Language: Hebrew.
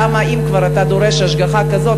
אם כבר אתה דורש השגחה כזו,